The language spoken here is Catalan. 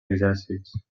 exèrcits